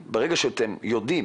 ובנוסף, ברגע שאתם יודעים